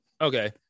Okay